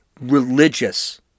religious